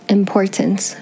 importance